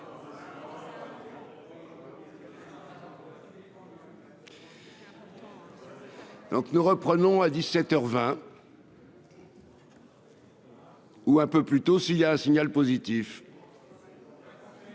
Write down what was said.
Donc, nous reprenons à 17 heures 20. Ou un peu plus tôt s'il y a un signal positif.